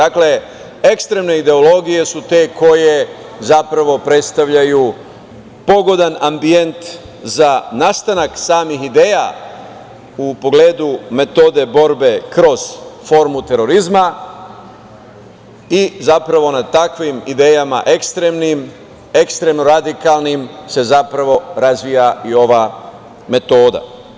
Ekstremne ideologije su te koje predstavljaju pogodan ambijent za nastanak samih ideja u pogledu metode borbe kroz formu terorizma i na takvim idejama ekstremno radikalnim se razvija i ova metoda.